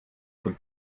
von